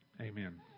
Amen